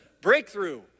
Breakthrough